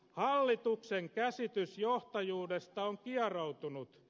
hallituksen käsitys johtajuudesta on kieroutunut